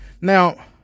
Now